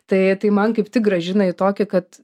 tai tai man kaip tik grąžina į tokį kad